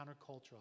countercultural